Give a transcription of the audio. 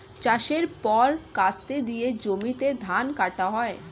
চাষের পর কাস্তে দিয়ে জমিতে ধান কাটা হয়